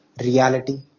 reality